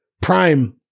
prime